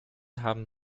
haben